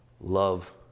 love